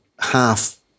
half